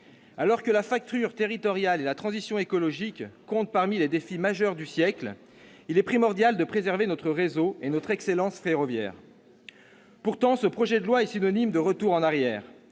Alors que la fracture territoriale et la transition écologique comptent parmi les défis majeurs du siècle, il est primordial de préserver notre réseau et notre excellence ferroviaire. Pourtant, ce projet de loi est synonyme de retour en arrière.